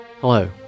Hello